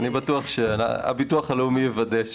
נפגע פעולת איבה שנהרג אגב מילוי תפקידו כעובד,